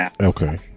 Okay